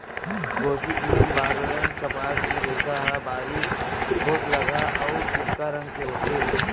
Gossypium barbadense कपास के रेसा ह बारीक, ठोसलगहा अउ फीक्का रंग के होथे